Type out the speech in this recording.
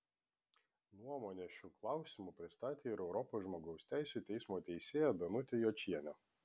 nuomonę šiuo klausimu pristatė ir europos žmogaus teisių teismo teisėja danutė jočienė